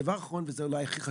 דבר אחרון שאולי הוא הכי חשוב,